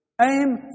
Aim